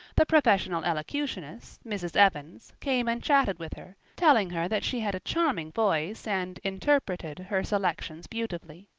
the professional elocutionist, mrs. evans, came and chatted with her, telling her that she had a charming voice and interpreted her selections beautifully.